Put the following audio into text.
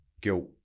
guilt